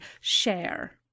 share